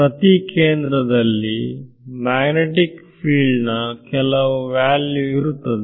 ಪ್ರತಿ ಕೇಂದ್ರದಲ್ಲಿ magnetic field ನ ಕೆಲವು ವ್ಯಾಲ್ಯೂ ಇರುತ್ತದೆ